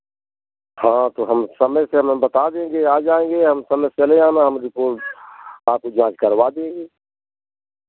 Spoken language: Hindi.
हाँ तो हम समय से हम बता देंगे आ जाएंगे हम समय से चले आना हम रिपोर्ट जाँच करवा देंगे